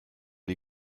die